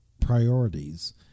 priorities